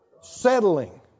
Settling